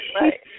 right